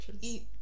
eat